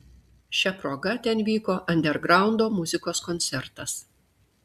šia proga ten vyko andergraundo muzikos koncertas